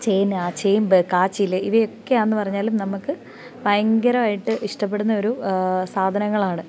ചേന ചേമ്പ് കാച്ചിൽ ഇവയൊക്കെയാന്ന് പറഞ്ഞാലും നമുക്ക് ഭയങ്കരമായിട്ട് ഇഷ്ടപ്പെടുന്ന ഒരു സാധനങ്ങളാണ്